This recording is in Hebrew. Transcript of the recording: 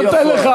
בין היתר,